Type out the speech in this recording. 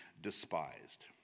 despised